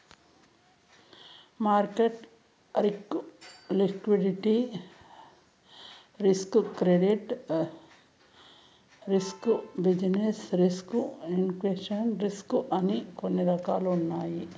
market risk liquidity risk credit risk business risk invest risk అని కొన్ని రకాలున్నాయి